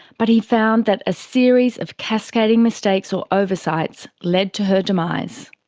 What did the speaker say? but he found that a series of cascading mistakes or oversights led to her demise.